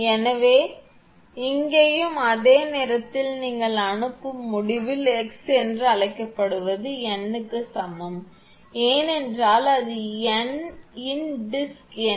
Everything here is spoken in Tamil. எனவே இங்கேயும் அதே நேரத்தில் நீங்கள் அனுப்பும் முடிவில் x என்று அழைக்கப்படுவது n க்கு சமம் ஏனென்றால் அது n இன் டிஸ்க் எண்